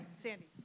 Sandy